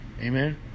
Amen